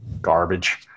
garbage